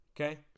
Okay